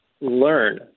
learn